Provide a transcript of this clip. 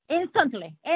Instantly